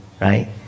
right